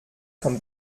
kommt